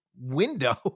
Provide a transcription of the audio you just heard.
window